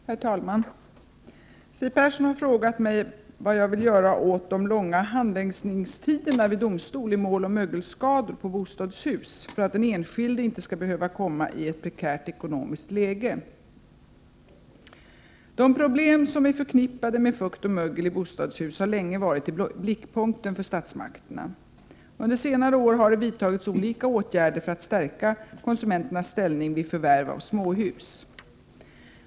Herr talman! Siw Persson har frågat mig vad jag vill göra åt de långa handläggningstiderna vid domstol i mål om mögelskador på bostadshus, för att den enskilde inte skall behöva komma i ett prekärt ekonomiskt läge. De problem som är förknippade med fukt och mögel i bostadshus har länge varit iblickpunkten för statsmakterna. Under senare år har det vidtagits olika åtgärder för att stärka konsumenternas ställning vid förvärv av småhus.